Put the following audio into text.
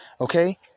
okay